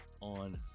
on